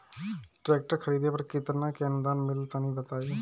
Tractor खरीदे पर कितना के अनुदान मिली तनि बताई?